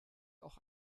auch